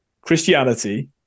Christianity